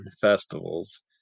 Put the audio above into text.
Festivals